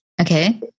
Okay